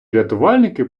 рятувальники